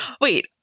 Wait